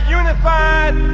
unified